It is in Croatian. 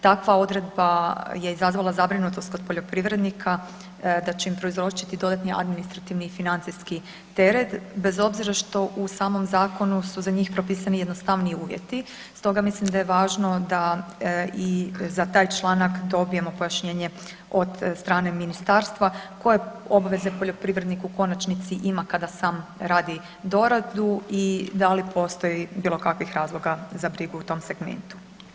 Takva odredba je izazvala zabrinutost kod poljoprivrednika da će im prouzročiti dodatni administrativni i financijski teret, bez obzira što u samom Zakonu su za njih propisani jednostavniji uvjeti, stoga mislim da je važno da i za taj članak dobijemo pojašnjenje od strane Ministarstva koje obveze poljoprivrednik u konačnici ima, kada sam radi doradu i da li postoji bilo kakvih razloga za brigu u tom segmentu.